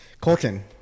colton